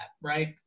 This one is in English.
right